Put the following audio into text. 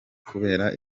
kubera